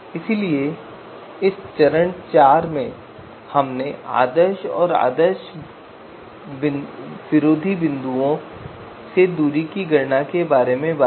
इसलिए इस चरण 4 में हमने आदर्श और विरोधी आदर्श बिंदुओं से दूरी की गणना के बारे में बात की